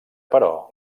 però